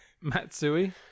Matsui